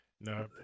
no